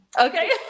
Okay